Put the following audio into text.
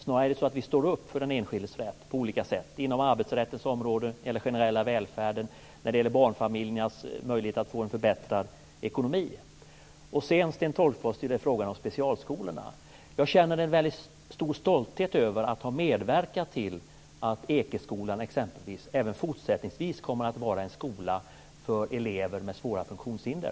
Snarare är det så att vi står upp för den enskildes rätt på olika sätt - inom arbetsrättens område, när det gäller den generella välfärden, när det gäller barnfamiljernas möjligheter att få en förbättrad ekonomi. Sedan, Sten Tolgfors, har vi frågan om specialskolorna. Jag känner en stor stolthet över att ha medverkat till att exempelvis Ekeskolan även fortsättningsvis kommer att vara en skola för elever med svåra funktionshinder.